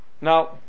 now